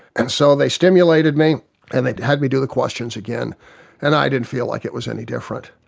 and so they stimulated me and they had me do the questions again and i didn't feel like it was any different.